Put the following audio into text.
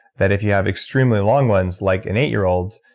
that if you have extremely long ones, like an eight year old,